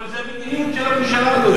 אבל זאת המדיניות של הממשלה הזאת.